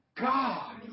God